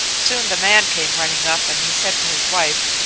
soon the man came running up, and he said to his wife,